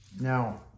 Now